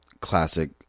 classic